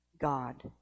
God